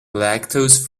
lactose